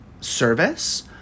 service